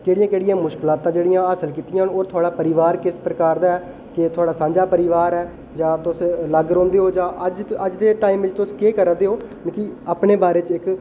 केह्ड़ियां केह्ड़ियां मुश्कलां जेह्डियां हासल कीतियां न ओह् थुआड़ा परोआर किस प्रकार दा ऐ थुआढ़ा सांझा परिवार ऐ जां तुस अलग रौंह्दे ओ जां अज्ज अज्ज दे टाईम च तुस केह् करै दे ओ मिकी अपने बारे च इक